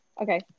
okay